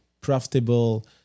profitable